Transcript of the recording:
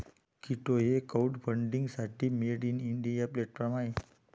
कीटो हे क्राउडफंडिंगसाठी made in India platform आहे